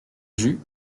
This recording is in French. jus